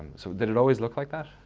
so did it always looks like that?